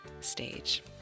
stage